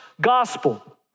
Gospel